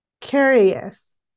curious